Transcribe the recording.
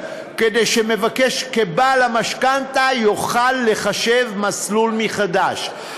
כדי שמבקש כבעל המשכנתה יוכל לחשב מסלול מחדש.